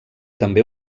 també